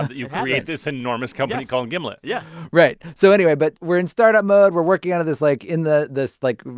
you create this enormous company called gimlet yeah right. so anyway, but, we're in startup mode. we're working out of this, like in this, like,